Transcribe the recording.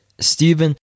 Stephen